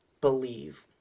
believe